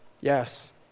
Yes